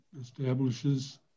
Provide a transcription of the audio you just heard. establishes